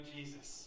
Jesus